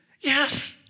Yes